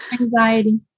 anxiety